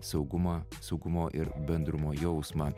saugumą saugumo ir bendrumo jausmą